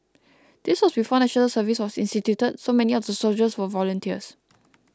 this was before National Service was instituted so many of the soldiers were volunteers